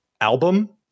album